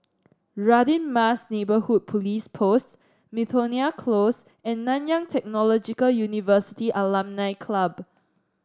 Radin Mas Neighbourhood Police Post Miltonia Close and Nanyang Technological University Alumni Club